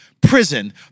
prison